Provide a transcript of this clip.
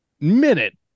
minute